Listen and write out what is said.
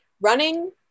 running